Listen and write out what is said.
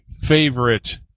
favorite